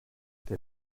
der